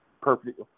Perfect